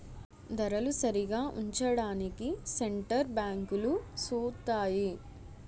ధరలు సరిగా ఉంచడానికి సెంటర్ బ్యాంకులు సూత్తాయి